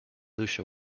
lucia